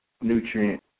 nutrient